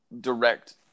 direct